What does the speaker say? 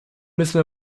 müssen